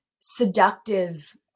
seductive